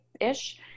ish